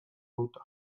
ruta